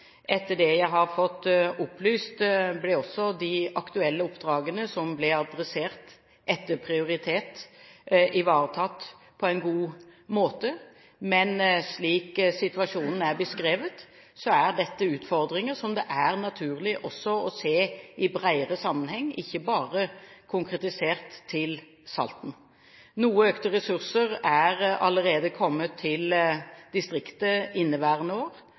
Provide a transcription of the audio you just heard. Etter det jeg har fått opplyst, ble også de aktuelle oppdragene, som ble adressert etter prioritet, ivaretatt på en god måte, men slik situasjonen er beskrevet, er dette utfordringer som det er naturlig også å se i bredere sammenheng, ikke bare konkretisert til Salten. Noe økte ressurser er allerede kommet til distriktet inneværende år, og med det budsjettet som er lagt fram for neste år,